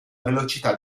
velocità